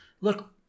look